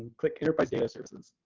click enterprise data services.